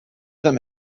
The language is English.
them